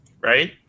right